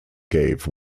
gave